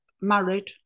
married